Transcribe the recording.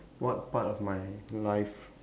what part of my life